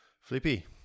Flippy